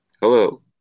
Hello